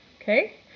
Okay